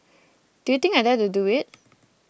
do you think I dare to do it